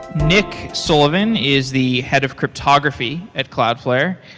nick sullivan is the head of cryptography at cloudflare.